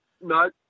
no